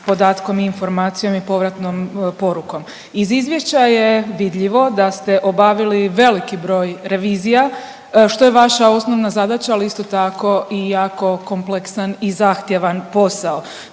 podatkom, informacijom i povratnom porukom. Iz izvješća je vidljivo da ste obavili veliki broj revizija, što je vaša osnovna zadaća, ali isto tako i jako kompleksan i zahtjevan posao.